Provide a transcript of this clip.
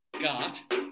got